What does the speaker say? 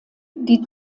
die